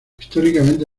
históricamente